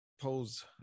pose